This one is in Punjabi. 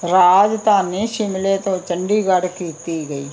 ਰਾਜਧਾਨੀ ਸ਼ਿਮਲੇ ਤੋਂ ਚੰਡੀਗੜ੍ਹ ਕੀਤੀ ਗਈ